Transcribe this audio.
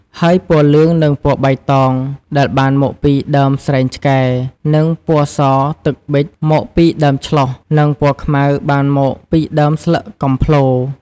ហើយ ពណ៌លឿង និងពណ៌បៃតង ដែលបានមកពីដើមស្រែងឆ្កែ និងពណ៌សទឹកប៊ិចមកពីដើមឆ្លុះ និងពណ៌ខ្មៅបានមកពីដើមស្លឹកកំផ្លូរ។